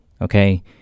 okay